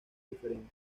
diferentes